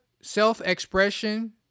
self-expression